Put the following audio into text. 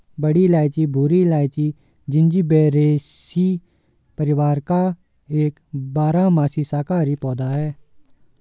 बड़ी इलायची भूरी इलायची, जिंजिबेरेसी परिवार का एक बारहमासी शाकाहारी पौधा है